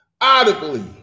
audibly